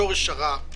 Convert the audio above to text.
שורש הרע,